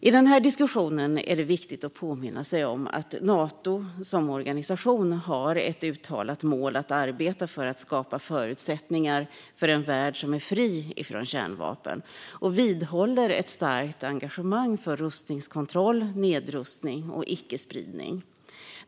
I denna diskussion är det viktigt att påminna sig om att Nato som organisation har som uttalat mål att arbeta för att skapa förutsättningar för en värld som är fri från kärnvapen och vidhåller ett starkt engagemang för rustningskontroll, nedrustning och icke-spridning.